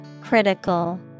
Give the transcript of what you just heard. Critical